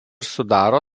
sudaro